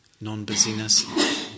non-busyness